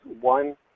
one